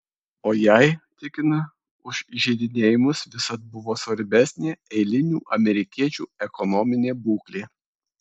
o jai tikina už įžeidinėjimus visad buvo svarbesnė eilinių amerikiečių ekonominė būklė